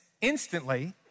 instantly